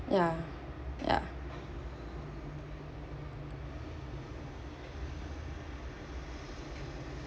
ya ya